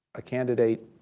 a candidate